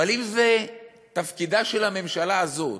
אבל אם תפקידה של הממשלה הזאת